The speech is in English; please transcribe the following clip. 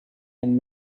and